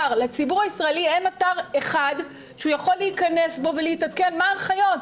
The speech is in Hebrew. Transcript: לציבור הישראלי אין אתר אחד שהוא יכול להכנס אליו ולהתעדכן מה ההנחיות.